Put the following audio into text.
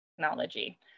technology